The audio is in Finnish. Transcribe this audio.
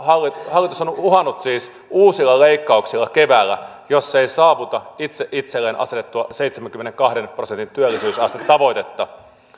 hallitus on on uhannut siis uusilla leikkauksilla keväällä jos se ei saavuta itse itselleen asettamaansa seitsemänkymmenenkahden prosentin työllisyysastetavoitetta